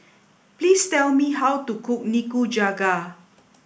please tell me how to cook Nikujaga